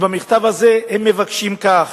ובמכתב הזה הם מבקשים כך: